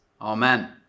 Amen